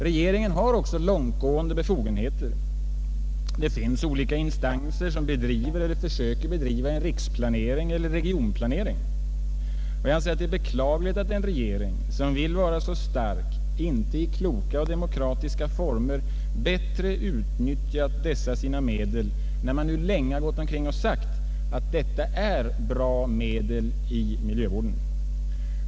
Regeringen har också långtgående befogenheter. Det finns olika instanser som bedriver eller försöker bedriva en riksplahering eller regionplanering, och jag anser att det är beklagligt att den regering som vill vara så stark inte i kloka och demokratiska former bättre utnyttjat dessa sina medel, när man nu länge gått omkring och sagt att dessa är bra medel i miljövården.